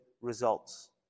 results